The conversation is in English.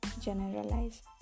generalize